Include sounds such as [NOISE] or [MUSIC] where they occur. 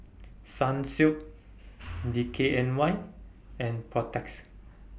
Sunsilk [NOISE] D K N Y and Protex